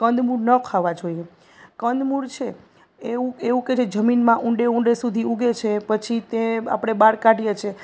કંદમૂળ ન ખાવા જોઈએ કંદમૂળ છે એ એવું એવું કે છે જમીનમાં ઊંડે ઊંડે સુધી ઊગે છે પછી તે આપણે બહાર કાઢીએ છીએ